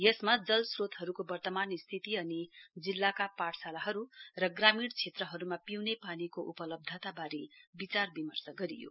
यसमा जल श्रोतहरुको वर्तमान स्थिति अनि जिल्लाका पाठशालाहरु र ग्रामीण क्षेत्रहरुमा पिउने पानीके उपलब्धतावारे विचार विर्मश गरियो